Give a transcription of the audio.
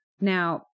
Now